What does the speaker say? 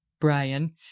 Brian